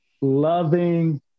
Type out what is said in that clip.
loving